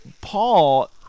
Paul